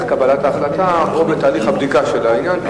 קבלת ההחלטה או בתהליך הבדיקה של העניין,